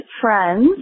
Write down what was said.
friends